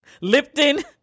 Lipton